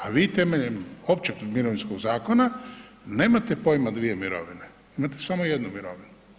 A vi temeljem Općeg mirovinskog zakona nemate pojma dvije mirovine, imate samo jednu mirovinu.